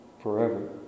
forever